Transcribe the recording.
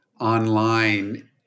online